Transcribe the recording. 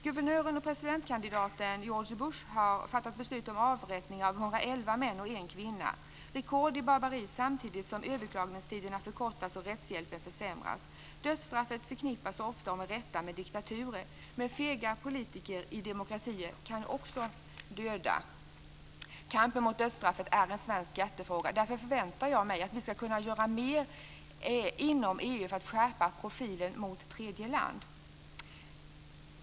Guvernören och presidentkandidaten George Bush har fattat beslut om avrättning av 111 män och 1 kvinna - rekord i barbari; detta samtidigt som överklagningstiderna förkortas och rättshjälpen försämrats. Dödsstraffet förknippas ofta, med rätta, med diktaturer men fega politiker i demokratier kan också döda. Kampen mot dödsstraffet är en svensk hjärtefråga. Därför förväntar jag mig att vi ska kunna göra mer inom EU för att skärpa profilen mot tredje land.